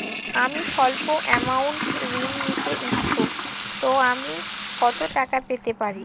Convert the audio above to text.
আমি সল্প আমৌন্ট ঋণ নিতে ইচ্ছুক তো আমি কত টাকা পেতে পারি?